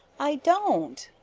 i don't.